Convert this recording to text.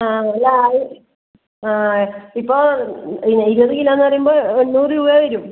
ആ ഒരാള് ആ ഇപ്പോള് പിന്നെ ഇരുപത് കിലോ എന്നു പറയുമ്പോള് എണ്ണൂറ് രൂപ വരും